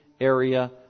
area